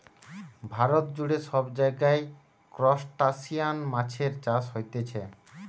ভারত জুড়ে সব জায়গায় ত্রুসটাসিয়ান মাছের চাষ হতিছে